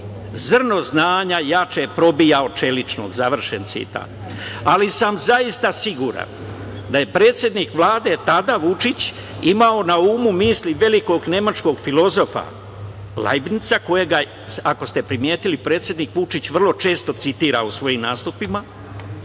Zrno znanja jače probija od čeličnog“, završen citat. Zaista sam siguran da je predsednik Vlade tada, Vučić, imao na umu misli velikog nemačkog filozofa Lajbnica, kojeg, ako ste primetili, predsednik Vučić vrlo često citira u svojim nastupima,